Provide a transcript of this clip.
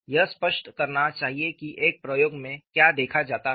यह स्पष्ट करना चाहिए कि एक प्रयोग में क्या देखा जाता है